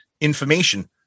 information